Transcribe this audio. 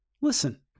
Listen